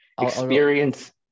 experience